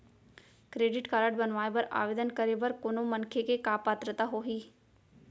Credit card बनवाए बर आवेदन करे बर कोनो मनखे के का पात्रता होही?